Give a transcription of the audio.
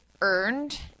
earned